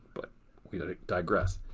but we digress.